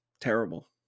terrible